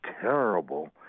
terrible